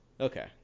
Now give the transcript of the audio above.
Okay